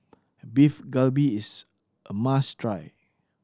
Beef Galbi is a must try